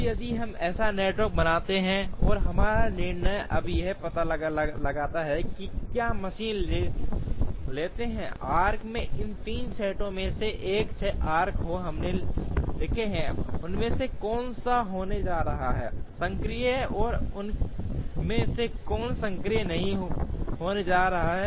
अब यदि हम ऐसा नेटवर्क बनाते हैं और हमारा निर्णय अब यह पता लगाना है कि क्या हम मशीन लेते हैं आर्क्स के इन 3 सेटों में से 1 6 आर्क जो हमने लिखे हैं उनमें से कौन सा होने जा रहा है सक्रिय और उनमें से कौन सक्रिय नहीं होने जा रहा है